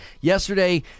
yesterday